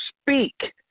speak